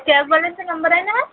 कॅबवालेंचा number आहे ना हा